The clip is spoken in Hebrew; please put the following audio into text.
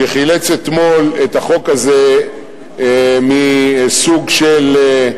שחילץ אתמול את החוק הזה מסוג של,